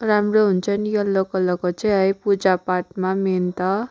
राम्रो हुन्छ नि यल्लो कलरको चाहिँ है पूजापाठमा मेन त